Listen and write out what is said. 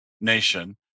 nation